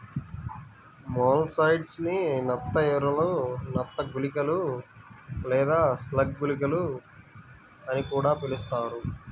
molluscicides ని నత్త ఎరలు, నత్త గుళికలు లేదా స్లగ్ గుళికలు అని కూడా పిలుస్తారు